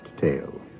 tale